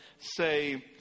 say